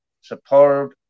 Superb